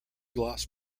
gloss